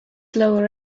lower